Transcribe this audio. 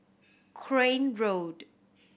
Crane Road